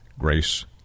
Grace